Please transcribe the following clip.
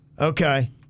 Okay